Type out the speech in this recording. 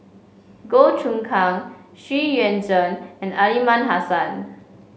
Goh Choon Kang Xu Yuan Zhen and Aliman Hassan